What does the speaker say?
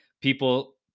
people